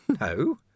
No